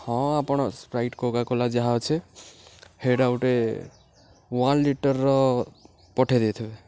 ହଁ ଆପଣ Sprite Coca Cola ଯାହା ଅଛେ ହେଟା ଗୁଟେ ୱାନ୍ ଲିଟର୍ର ପଠେଇ ଦେଇଥିବେ